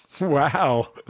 Wow